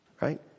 Right